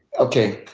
okay.